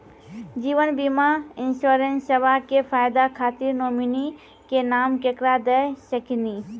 जीवन बीमा इंश्योरेंसबा के फायदा खातिर नोमिनी के नाम केकरा दे सकिनी?